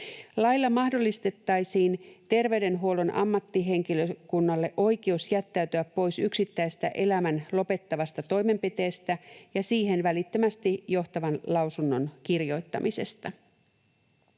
Lailla mahdollistettaisiin terveydenhuollon ammattihenkilökunnalle oikeus jättäytyä pois yksittäisestä elämän lopettavasta toimenpiteestä ja siihen välittömästi johtavan lausunnon kirjoittamisesta.